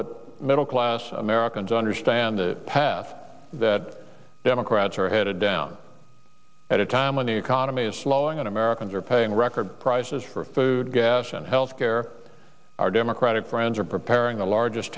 that middle class americans understand the path that democrats are headed down at a time when the economy is slowing and americans are paying record prices for food gas and health care our democratic friends are preparing the largest